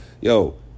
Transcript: yo